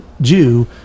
jew